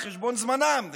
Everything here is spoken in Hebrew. על חשבון זמנם,